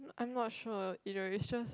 I'm not sure either it's just